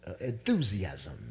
enthusiasm